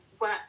work